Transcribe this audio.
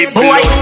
Boy